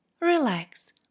relax